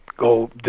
go